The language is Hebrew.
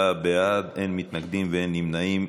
24 בעד, אין מתנגדים ואין נמנעים.